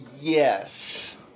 Yes